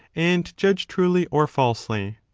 and judge truly or falsely.